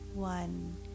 One